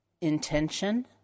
intention